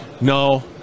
no